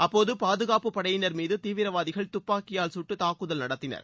அப்போது பாதுகாப்பு படையினர் மீது தீவிரவாதிகள் துப்பாக்கி சுட்டு தாக்குதல் நடத்தினர்